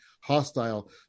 hostile